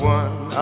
one